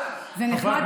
זה נחמד,